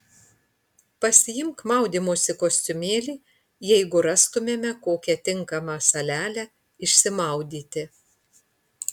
pasiimk maudymosi kostiumėlį jeigu rastumėme kokią tinkamą salelę išsimaudyti